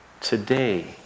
today